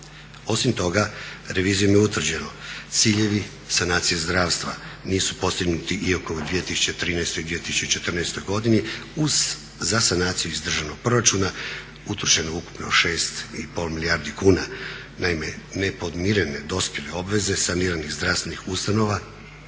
Osim toga, revizijom je utvrđeno ciljevi sanacije zdravstva nisu postignuti iako je u 2013. i 2014. godini za sanaciju iz državnog proračuna utrošeno ukupno 6,5 milijardi kuna. Naime, nepodmirene dospjele obveze saniranih zdravstvenih ustanova